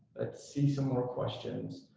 see some more questions.